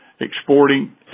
exporting